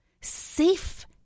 safe